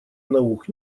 наук